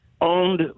owned